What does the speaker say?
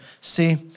see